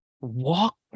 walk